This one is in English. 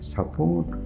Support